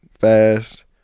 fast